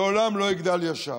לעולם לא יגדל ישר.